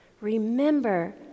Remember